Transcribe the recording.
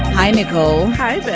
hi, nicole hi. but